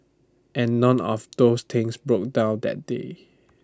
and none of those things broke down that day